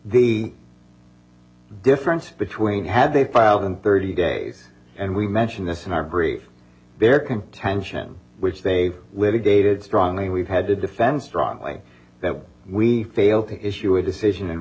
the difference between had they filed in thirty days and we mentioned this in our brief their contention which they litigated strongly we've had to defend strongly that we failed to issue a decision